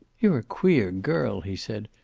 you're a queer girl, he said.